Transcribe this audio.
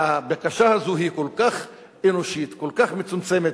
והבקשה הזו היא כל כך אנושית, כל כך מצומצמת.